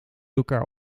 elkaar